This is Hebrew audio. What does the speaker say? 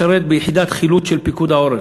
שירת ביחידת חילוץ של פיקוד העורף,